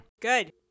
Good